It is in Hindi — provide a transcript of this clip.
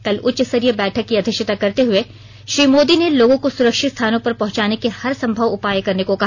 कल उच्चस्तरीय बैठक की अध्यक्षता करते हुए श्री मोदी ने लोगों को सुरक्षित स्थानों पर पहंचाने के हरसंभव उपाय करने को कहा